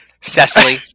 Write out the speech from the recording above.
Cecily